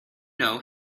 know